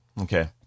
Okay